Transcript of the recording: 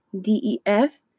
DEF